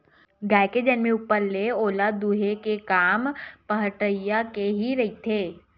गाय के जनमे ऊपर ले ओला दूहे के काम पहाटिया के ही रहिथे